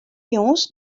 jûns